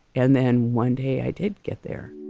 and then one day i did get there